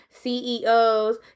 CEOs